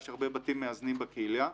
יש הרבה בתים מאזנים בקהילה.